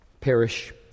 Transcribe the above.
perish